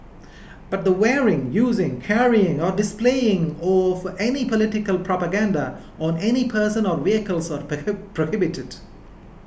but the wearing using carrying or displaying of any political propaganda on any person or vehicles are prohibited